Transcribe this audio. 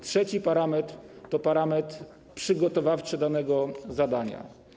Trzeci parametr to parametr przygotowawczy danego zadania.